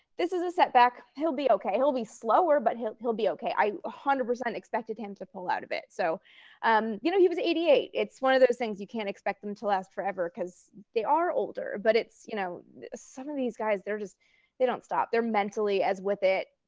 this is a setback. he'll be ok. he'll be slower, but he'll he'll be ok. i one hundred percent expected him to pull out of it. so um you know he was eighty eight. it's one of those things, you can't expect them to last forever because they are older. but you know some of these guys, they're just they don't stop. they're mentally as with it.